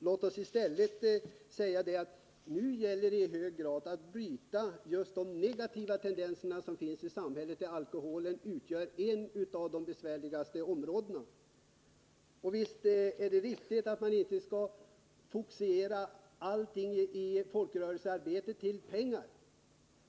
Låt oss säga: Nu gäller det i hög grad att bryta just de negativa tendenser som finns i samhället, där alkoholen utgör ett av de besvärligaste problemen. Visst är det riktigt att man inte skall fokusera allting i folkrörelsearbetet till pengarna.